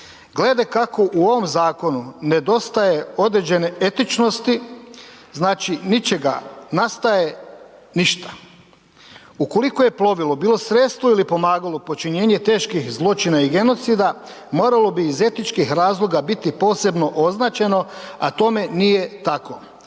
Glede kako u ovom zakonu nedostaje određene etičnosti, znači ničega, nastaje ništa. Ukoliko je plovilo bilo sredstvo ili pomagalo počinjenje teških zločina i genocida moralo bi iz etičkih razloga biti posebno označeno, a tome nije tako.